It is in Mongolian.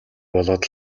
болоод